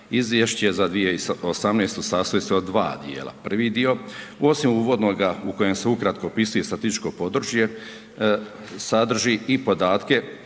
izvješće za 2018. sastoji se od dva djela. Prvi dio osim uvodnoga u kojem se ukratko opisuje statističko područje, sadrži i podatke